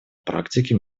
практике